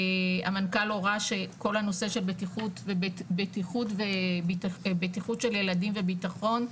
המנכ"ל הורה שכל הנושא של בטיחות של ילדים וביטחון,